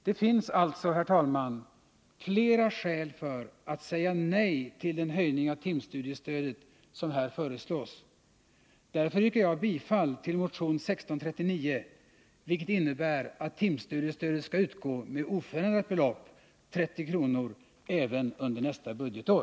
Det finns således, herr talman, flera skäl att säga nej till den höjning av timstudiestödet som här föreslås. Därför yrkar jag bifall till motion 1639, vilket innebär att timstudiestödet skall utgå med oförändrat belopp, 30 kr., även under nästa budgetår.